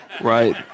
right